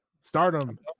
Stardom